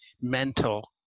mental